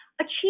achieve